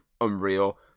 unreal